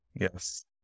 Yes